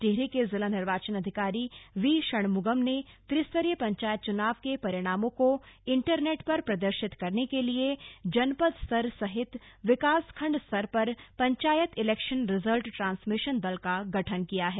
टिहरी के जिला निर्वाचन अधिकारी वी षणमुगम ने त्रिस्तरीय पंचायत चुनाव के परिणामों को इन्टरनेट पर प्रदर्शित करने के लिए जनपद स्तर सहित विकासखण्ड स्तर पर पंचायत इलैक्शन रिजल्ट ट्रांसमिशन दल का गठन किया है